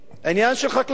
עניין החקלאות,